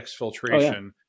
exfiltration